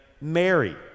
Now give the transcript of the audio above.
Mary